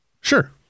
Sure